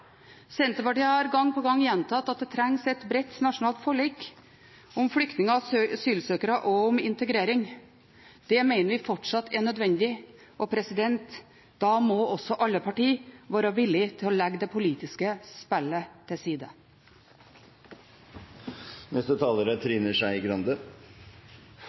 Senterpartiet har gang på gang gjentatt at det trengs et bredt nasjonalt forlik om flyktninger og asylsøkere og om integrering. Det mener vi fortsatt er nødvendig. Da må alle partier være villig til å legge det politiske spillet til side. Internasjonalt er